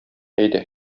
әйдә